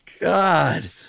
God